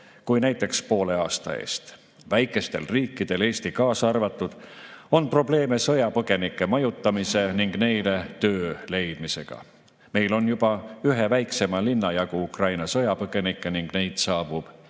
kui näiteks poole aasta eest. Väikestel riikidel, Eesti kaasa arvatud, on probleeme sõjapõgenike majutamise ning neile töö leidmisega. Meil on juba ühe väiksema linna jagu Ukraina sõjapõgenikke ning neid saabub